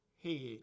Head